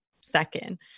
second